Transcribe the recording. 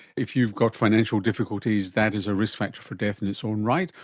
if you've got financial difficulties, that is a risk factor for death in its own right,